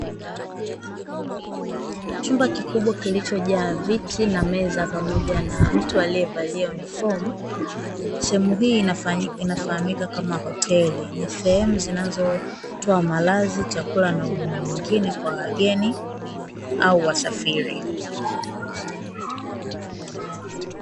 Chumba kikubwa kilichojaa viti na meza pamoja na mtu aliyevalia unifomu. Sehemu hii inafahamika kama hoteli, ni sehemu zinazotoa malazi, chakula, na huduma nyingine kwa wageni au wasafiri.